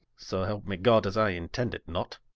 so helpe me god, as i intend it not